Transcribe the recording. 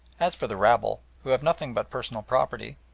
as for the rabble, who have nothing but personal property,